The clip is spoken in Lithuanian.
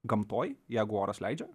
gamtoj jeigu oras leidžia